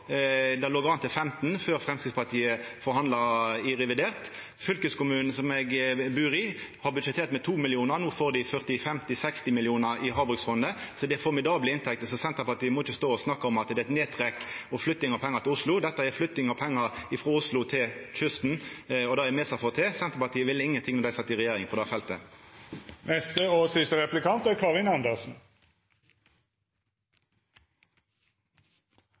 Det låg an til 15 mill. kr før Framstegspartiet forhandla i revidert. Fylkeskommunen som eg bur i, har budsjettert med 2 mill. kr. No får dei 40, 50, 60 mill. kr frå havbruksfondet. Det er formidable inntekter, så Senterpartiet må ikkje stå og snakka om at det er eit nedtrekk og flytting av pengar til Oslo. Dette er flytting av pengar frå Oslo til kysten, og det er det me som har fått til. Senterpartiet ville ingenting på dette feltet då dei sat i